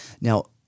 Now